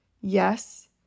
yes